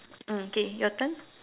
mm okay your turn